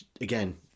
again